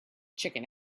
chicken